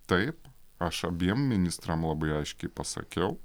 taip aš abiem ministram labai aiškiai pasakiau